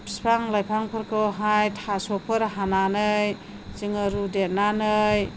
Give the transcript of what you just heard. बिफां लाइफांफोरखौहाय थास'फोर हानानै जोङो रुदेरनानै